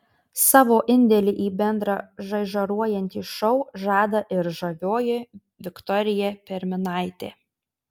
savo indėlį į bendrą žaižaruojantį šou žada ir žavioji viktorija perminaitė